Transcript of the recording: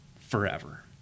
forever